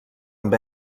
amb